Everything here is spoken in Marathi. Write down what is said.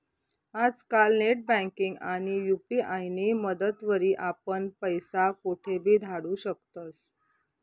आजकाल नेटबँकिंग आणि यु.पी.आय नी मदतवरी आपण पैसा कोठेबी धाडू शकतस